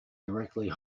directly